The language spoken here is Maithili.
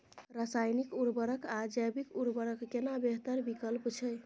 रसायनिक उर्वरक आ जैविक उर्वरक केना बेहतर विकल्प छै?